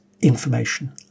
information